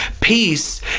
peace